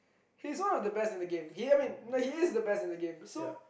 he's one of the best in the game he I mean he is the best in the game so